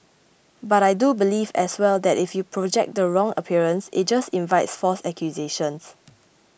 but I do believe as well that if you project the wrong appearance it just invites false accusations